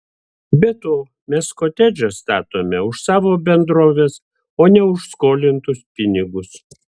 be to mes kotedžą statome už savo bendrovės o ne už skolintus pinigus